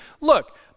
Look